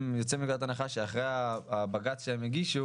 אם יוצאים מנקודת הנחה שאחרי הבג"ץ שהם הגישו